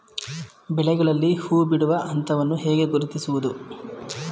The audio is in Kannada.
ಬೆಳೆಗಳಲ್ಲಿ ಹೂಬಿಡುವ ಹಂತವನ್ನು ಹೇಗೆ ಗುರುತಿಸುವುದು?